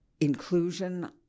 inclusion